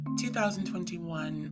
2021